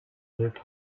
lebt